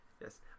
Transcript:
yes